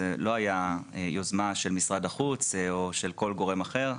זו לא הייתה יוזמה של משרד החוץ או של כל גורם אחר,